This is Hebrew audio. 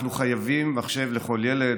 אנחנו חייבים מחשב לכל ילד.